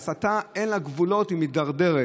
ההסתה, אין לה גבולות, והיא מידרדרת.